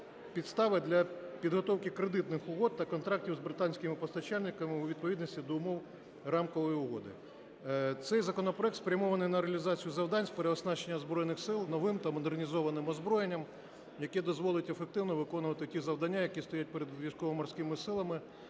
підстави для підготовки кредитних угод та контрактів з британськими постачальниками у відповідності до умов Рамкової угоди. Цей законопроект спрямований на реалізацію завдань з переоснащення Збройних Сил новим та модернізованим озброєнням, яке дозволить ефективно виконувати ті завдання, які стоять перед Військово-Морськими Силами